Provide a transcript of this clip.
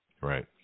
Right